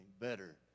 better